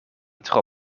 tro